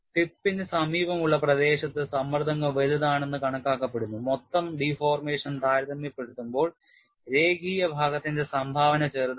ടിപ്പിന് സമീപമുള്ള പ്രദേശത്ത് സമ്മർദ്ദങ്ങൾ വലുതാണെന്ന് കണക്കാക്കപ്പെടുന്നു മൊത്തം deformation താരതമ്യപ്പെടുത്തുമ്പോൾ രേഖീയ ഭാഗത്തിന്റെ സംഭാവന ചെറുതാണ്